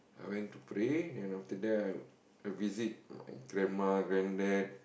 I went to pray and then after that I'll visit grandma grandad